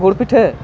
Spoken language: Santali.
ᱜᱩᱲ ᱯᱤᱴᱷᱟᱹ